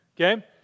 Okay